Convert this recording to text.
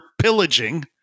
pillaging